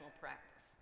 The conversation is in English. practice